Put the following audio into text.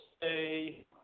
say